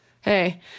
hey